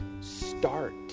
start